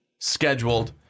scheduled